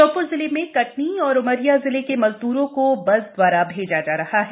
श्योप्र जिले में कटनी और उमरिया जिले के मजदूरों को बस द्वारा भेजा जा रहा है